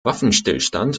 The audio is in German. waffenstillstand